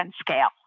scale